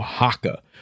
Oaxaca